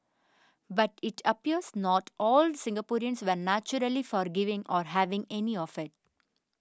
but it appears not all Singaporeans were naturally forgiving or having any of it